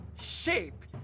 shape